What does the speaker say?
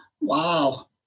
Wow